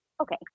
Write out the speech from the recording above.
okay